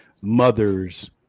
mothers